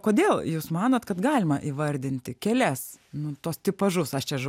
kodėl jūs manot kad galima įvardinti kelias nu tuos tipažus aš čia